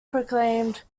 proclaimed